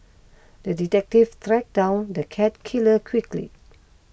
the detective track down the cat killer quickly